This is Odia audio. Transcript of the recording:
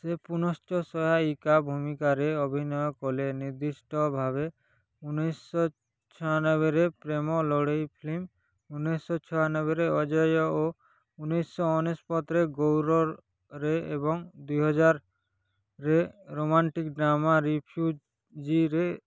ସେ ପୁନଶ୍ଚ ସହାୟିକା ଭୂମିକାରେ ଅଭିନୟ କଲେ ନିର୍ଦ୍ଦିଷ୍ଟ ଭାବେ ଉଣେଇଶି ଶହ ଛାୟାନବେରେ ପ୍ରେମ ଲଢ଼େଇ ଫିଲ୍ମ ଉଣେଇଶି ଶହ ଛାୟାନବେରେ ଅଜୟ ଓ ଉଣେଇଶି ଶହ ଅନେଶତରେ ଗୈରରେଏବଂ ଦୁଇ ହଜାରରେ ରୋମାଣ୍ଟିକ୍ ଡ୍ରାମା ରିଫ୍ୟୁଜିରେ